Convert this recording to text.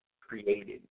created